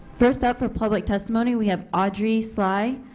first up for public testimony we have audrey slye,